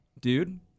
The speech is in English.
dude